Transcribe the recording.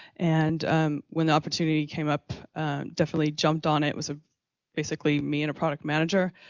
and when the opportunity came up, i definitely jumped on it. it was ah basically me and a product manager,